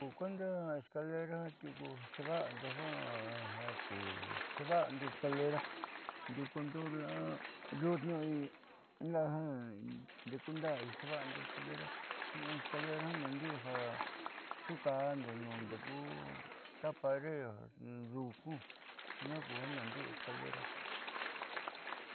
Ku kueenda escalera jiaa tiuku xeeva'ando jiaa ja ku xeeva'ando escalera ndiuukundo la'a yuutniu la'a ja in ndeekundaá xiiva'ando escalera escalera naandi'i xuuka'ando huundeku ta pared nuunduunkuu jiaa ku naandi'i escalera.